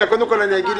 אני בעד